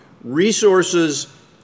Resources